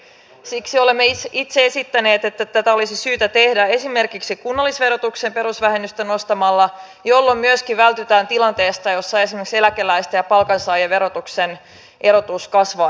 siksi olemme itse esittäneet että tätä olisi syytä tehdä esimerkiksi kunnallisverotuksen perusvähennystä nostamalla jolloin myöskin vältytään tilanteelta jossa esimerkiksi eläkeläisten ja palkansaajien verotuksen erotus kasvaa entuudestaan